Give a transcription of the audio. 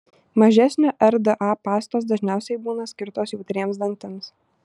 mažesnio rda pastos dažniausiai būna skirtos jautriems dantims